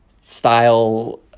style